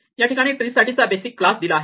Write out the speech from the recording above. या ठिकाणी ट्री साठी चा बेसिक क्लास दिला आहे